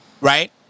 right